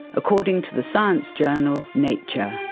according to the science journal, nature